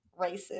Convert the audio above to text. racist